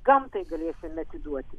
gamtai galėsime atiduoti